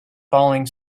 falling